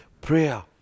Prayer